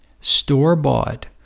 store-bought